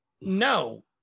No